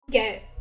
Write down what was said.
get